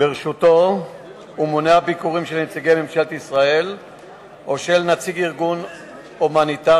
ברשותו ומונע ביקורים של נציגי ממשלתו או של נציג ארגון הומניטרי,